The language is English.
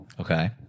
okay